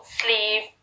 sleeve